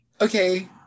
Okay